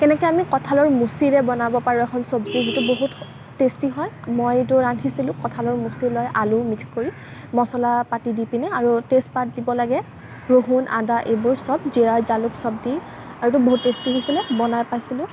কেনেকৈ আমি কঁঠালৰ মুচীৰে বনাব পাৰোঁ এখন চব্জি যিটো বহুত টেষ্টি হয় মই এইটো ৰান্ধিছিলোঁ কঁঠালৰ মুচী লৈ আলু মিক্স কৰি মচলা পাতি দি পিনে আৰু তেজপাত দিব লাগে ৰহুন আদা এইবোৰ সব জিৰা জালুক সব দি আৰু সেইটো বহুত টেষ্টি হৈছিলে বনাই পাইছিলোঁ